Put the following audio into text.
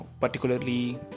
particularly